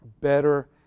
better